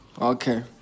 Okay